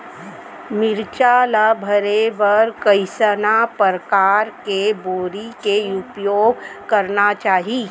मिरचा ला भरे बर कइसना परकार के बोरी के उपयोग करना चाही?